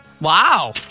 Wow